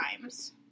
times